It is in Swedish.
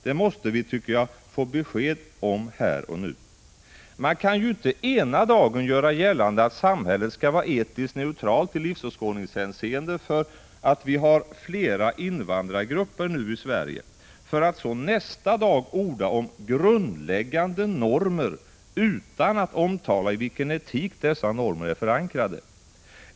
Det måste vi, tycker jag, få besked om här och nu. Man kan inte ena dagen göra gällande att samhället skall vara etiskt neutralt i livsåskådningshänseende, därför att vi nu har flera invandrargrupper i Sverige, för att så nästa dag orda om grundläggande normer, utan att tala om i vilken etik dessa normer är förankrade.